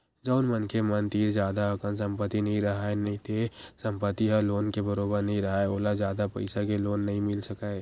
जउन मनखे मन तीर जादा अकन संपत्ति नइ राहय नइते संपत्ति ह लोन के बरोबर नइ राहय ओला जादा पइसा के लोन नइ मिल सकय